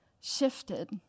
shifted